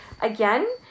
again